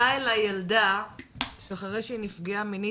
פנתה אליי ילדה שאחרי שהיא נפגעה מינית